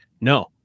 no